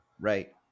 Right